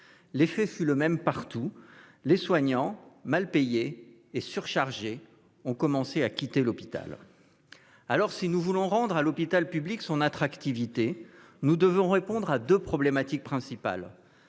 L'effet fut le même partout : les soignants, mal payés et surchargés de travail, ont commencé à quitter l'hôpital. Si nous voulons rendre à l'hôpital public son attractivité, nous devons répondre à deux problématiques principales